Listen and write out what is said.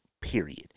period